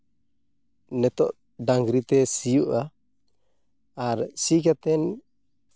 ᱱᱤᱛᱚᱜ ᱰᱟᱝᱨᱤᱛᱮ ᱥᱤᱭᱳᱜᱼᱟ ᱟᱨ ᱥᱤ ᱠᱟᱛᱮᱫ